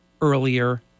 earlier